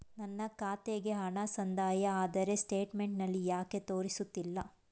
ನನ್ನ ಖಾತೆಗೆ ಹಣ ಸಂದಾಯ ಆದರೆ ಸ್ಟೇಟ್ಮೆಂಟ್ ನಲ್ಲಿ ಯಾಕೆ ತೋರಿಸುತ್ತಿಲ್ಲ?